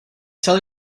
tell